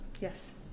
Yes